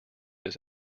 this